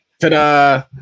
Ta-da